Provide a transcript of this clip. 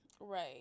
Right